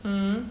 mmhmm